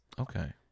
Okay